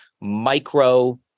micro